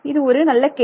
இது ஒரு நல்ல கேள்வி